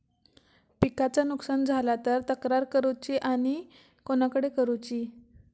पिकाचा नुकसान झाला तर तक्रार कशी करूची आणि कोणाकडे करुची?